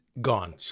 gone